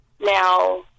now